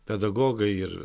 pedagogai ir